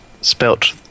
spelt